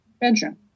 bedroom